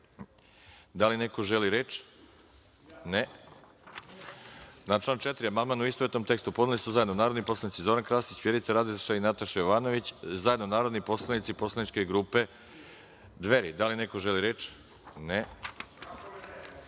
DS.Da li neko želi reč? (Ne.)Na član 4. amandmane u istovetnom tekstu podneli su zajedno podneli narodni poslanici Zoran Krasić, Vjerica Radeta i Nataša Jovanović i zajedno narodni poslanici poslaničke grupe Dveri. Da li neko želi reč?